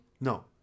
No